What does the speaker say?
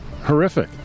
horrific